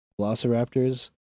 velociraptors